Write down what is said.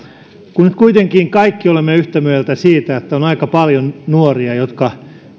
nyt kuitenkin kaikki olemme yhtä mieltä siitä että on aika paljon nuoria jotka